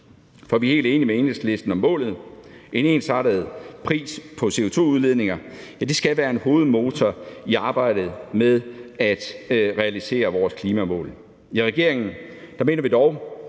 For vi er helt enige med Enhedslisten om målet: En ensartet pris på CO2-udledninger skal være en hovedmotor i arbejdet med at realisere vores klimamål. I regeringen mener vi dog